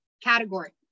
category